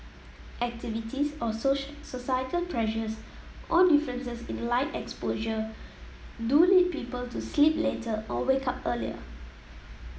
activities or societal pressures or differences in light exposure do lead people to sleep later or wake up earlier